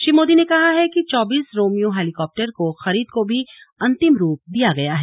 श्री मोदी ने कहा है कि चौबीस रोमियो हैलीकॉप्टरों की खरीद को भी अंतिम रूप दिया गया है